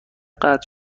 قطع